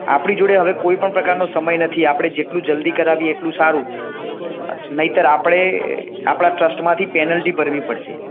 આપણી જોડે હવે કોઇપણ પ્રકારનો સમય નથી આપણે જેટલું જલ્દી કરાવીએ એટલું સારું નહીંતર આપણે આપણાં ટ્રસ્ટમાંથી પેનલ્ટી ભરવી પડશે